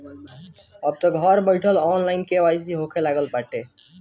अबतअ घर बईठल ऑनलाइन के.वाई.सी होखे लागल बाटे